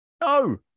No